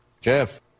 Jeff